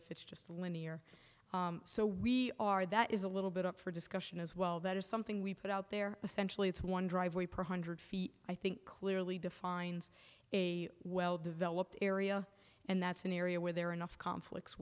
if it's just linear so we are that is a little bit up for discussion as well that is something we put out there essentially it's one driveway pro hundred feet i think clearly defines a well developed area and that's an area where there are enough conflicts